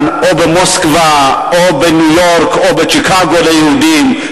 או במוסקבה או בניו-יורק או בשיקגו ליהודים,